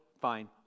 Fine